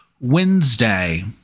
Wednesday